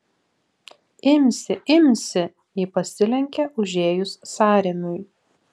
imsi imsi ji pasilenkė užėjus sąrėmiui